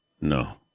no